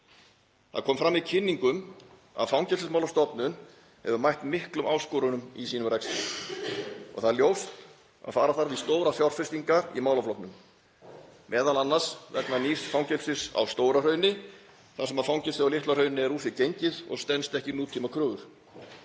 Það kom fram í kynningum að Fangelsismálastofnun hefur mætt miklum áskorunum í sínum rekstri og það er ljóst að fara þarf í stórar fjárfestingar í málaflokknum, m.a. vegna nýs fangelsis á Stóra-Hrauni þar sem fangelsið á Litla-Hrauni er úr sér gengið og stenst ekki nútímakröfur.